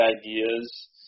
ideas